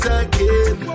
again